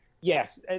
Yes